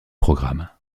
programme